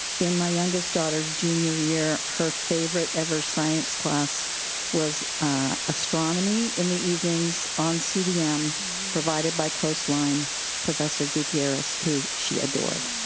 in my youngest daughter's junior year, her favorite ever science class was astronomy in the evenings on cdm provided by coastline professor gutierrez, who she adored.